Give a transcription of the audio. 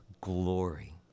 glory